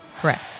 Correct